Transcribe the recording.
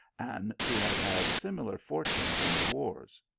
and to have had similar fortunes in the wars.